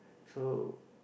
so